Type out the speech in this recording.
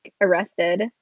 arrested